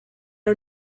are